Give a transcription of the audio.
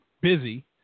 busy